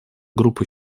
группа